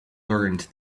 learned